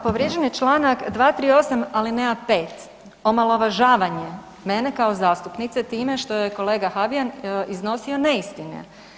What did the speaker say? Povrijeđen je Članak 238. alineja 5. omalovažavanje mene kao zastupnice time što je kolega Habijan iznosio neistine.